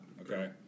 okay